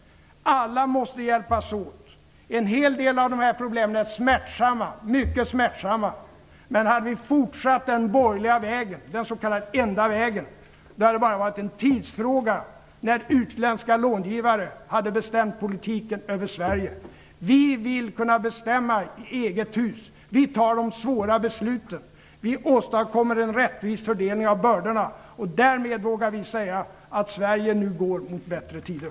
Alla måste hjälpas åt. En hel av del av dessa problem är mycket smärtsamma, men om vi hade fortsatt den borgerliga vägen, den s.k. enda vägen, då hade det bara varit en tidsfråga innan utländska långivare hade bestämt över politiken i Sverige. Vi vill kunna bestämma i eget hus. Vi fattar de svåra besluten. Vi åstadkommer en rättvis fördelning av bördorna. Därmed vågar vi säga att Sverige nu går mot bättre tider.